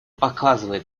показывает